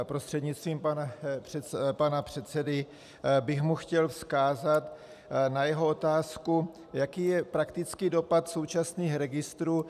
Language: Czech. Prostřednictvím pana předsedy bych mu chtěl vzkázat na jeho otázku, jaký je praktický dopad současných registrů.